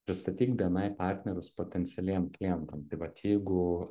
pristatyk bni partnerius potencialiem klientam tai vat jeigu